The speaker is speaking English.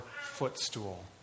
footstool